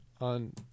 on